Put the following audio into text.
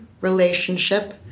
relationship